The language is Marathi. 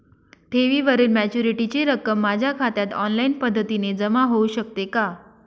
ठेवीवरील मॅच्युरिटीची रक्कम माझ्या खात्यात ऑनलाईन पद्धतीने जमा होऊ शकते का?